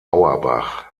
auerbach